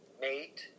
mate